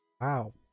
Wow